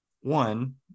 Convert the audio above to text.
one